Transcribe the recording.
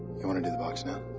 you want to do the box now?